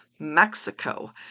Mexico